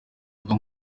mbuga